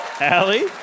Allie